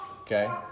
Okay